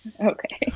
Okay